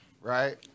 right